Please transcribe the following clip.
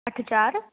अठ चारि